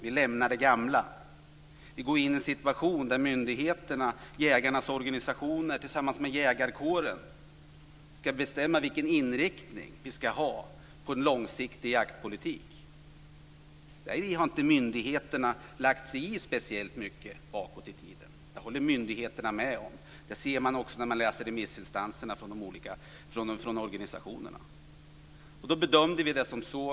Vi lämnar det gamla. Vi går in i en situation där myndigheterna och jägarnas organisationer tillsammans med jägarkåren ska bestämma vilken inriktning det ska vara på en långsiktig jaktpolitik. I den frågan har myndigheterna bakåt i tiden inte lagt sig i särskilt mycket. Det håller myndigheterna med om, och det framgår av svaren från remissinstanserna.